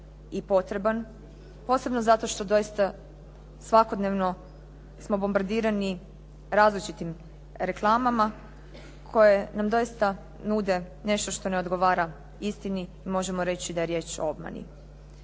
i potreban, posebno zato što doista svakodnevno smo bombardirani različitim reklamama koje nam doista nude nešto što ne odgovara istini i možemo reći da je riječ o obmani.